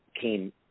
came